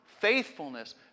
faithfulness